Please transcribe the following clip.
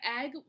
egg